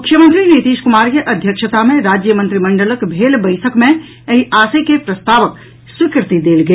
मुख्यमंत्री नीतीश कुमार के अध्यक्षता मे राज्यमंत्रिमंडलक भेल बैसक मे एहि आशय के प्रस्तावक स्वीकृति देल गेल